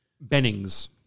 Bennings